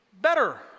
better